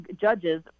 judges